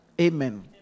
Amen